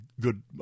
good